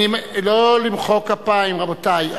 לא למחוא כפיים, רבותי.